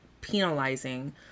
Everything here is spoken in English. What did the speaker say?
penalizing